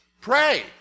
Pray